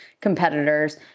competitors